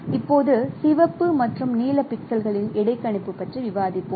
இப்போது சிவப்பு மற்றும் நீல பிக்சல்களின் இடைக்கணிப்பு பற்றி விவாதிப்போம்